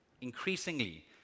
increasingly